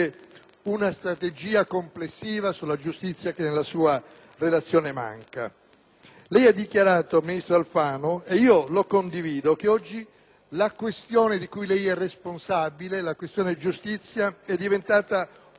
Lei ha dichiarato, ministro Alfano, e io lo condivido, che oggi la questione di cui lei è responsabile, la questione giustizia, è diventata una grande priorità nazionale, un'emergenza che sta umiliando la nostra società,